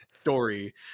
story